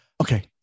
Okay